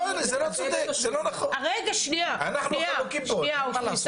אנחנו חלוקים כאן.